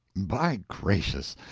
by gracious!